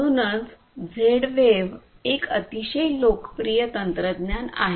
म्हणूनच Z wave एक अतिशय लोकप्रिय तंत्रज्ञान आहे